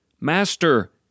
Master